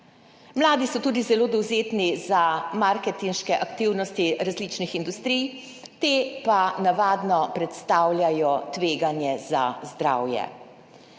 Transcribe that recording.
Mladi so tudi zelo dovzetni za marketinške aktivnosti različnih industrij, te pa navadno predstavljajo tveganje za zdravje.